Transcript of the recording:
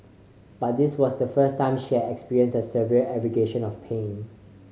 but this was the first time she had experienced a severe aggravation of pain